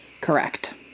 Correct